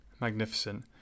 magnificent